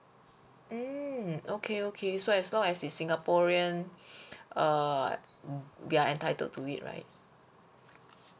mm okay okay so as long as he's singaporean err they are entitled to it right